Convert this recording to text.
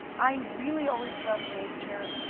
i really always loved nature.